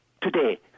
Today